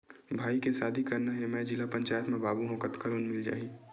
भाई के शादी करना हे मैं जिला पंचायत मा बाबू हाव कतका लोन मिल जाही?